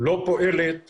לא פועלת בהתאם.